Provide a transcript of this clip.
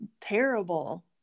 terrible